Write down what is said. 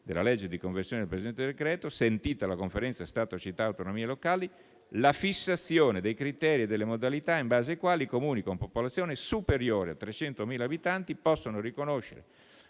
della legge di conversione del presente decreto, sentita la Conferenza Stato, città e autonomie locali, la fissazione dei criteri e delle modalità in base ai quali i Comuni con popolazione superiore a 300.000 abitanti possono riconoscere